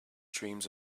dreams